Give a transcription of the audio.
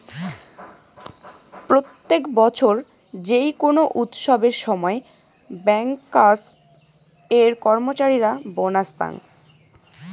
প্রত্যেক বছর যেই কোনো উৎসবের সময় ব্যাংকার্স এর কর্মচারীরা বোনাস পাঙ